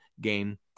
game